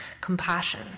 compassion